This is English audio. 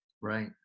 Right